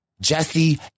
Jesse